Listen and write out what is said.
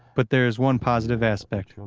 but there is one positive aspect.